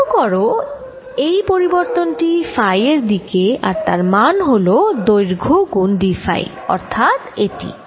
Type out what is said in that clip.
লক্ষ্য কর এই পরিবর্তন টি ফাই এর দিকে আর তার মান হল দৈর্ঘ্য গুণ dফাই অর্থাৎ এটি